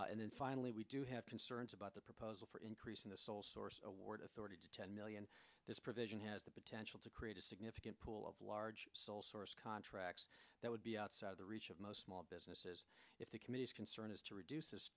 order and then finally we do have concerns about the proposal for increasing the sole source award authority to ten million this provision has the potential to create a significant pool of large sole source contracts that would be outside the reach of most small businesses if the committee's concern is to reduce